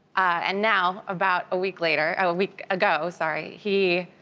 and now about a week later, a week ago, sorry, he